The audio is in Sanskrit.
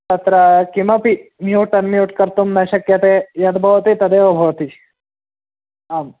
तत्र किमपि म्यूट् अन्म्यूट् कर्तुं न शक्यते यद् भवति तदेव भवति आम्